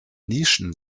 nischen